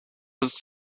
was